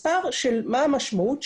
מספר שמה המשמעות?